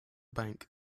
bank